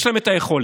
יש להם היכולת.